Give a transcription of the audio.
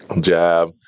jab